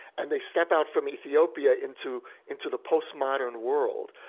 and they step out from ethiopia into into the post-modern world,